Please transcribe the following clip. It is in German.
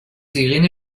irene